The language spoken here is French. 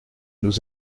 nous